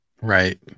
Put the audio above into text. Right